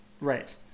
Right